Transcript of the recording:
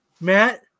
Matt